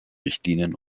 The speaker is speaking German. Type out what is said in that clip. richtlinien